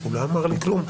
הוא לא אמר לי כלום,